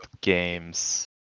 games